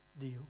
deal